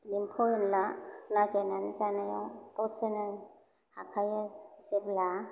एम्फौ एनला नागिरनानै जानायाव गावसोरनो हाखायो जेब्ला